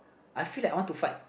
I feel like I want to fart